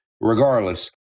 Regardless